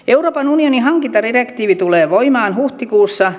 euroopan unionin hankintadirektiivi tulee voimaan huhtikuussa